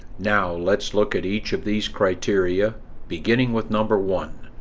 now let's look at each of these criteria beginning with number one,